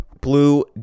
Blue